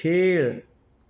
खेळ